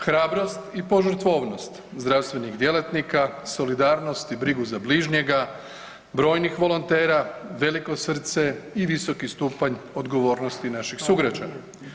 Hrabrost i požrtvovnost zdravstvenih djelatnika, solidarnost i brigu za bližnjega brojnih volontera, veliko srce i visoki stupanj odgovornosti naših sugrađana.